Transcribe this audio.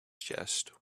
chest